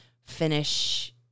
finish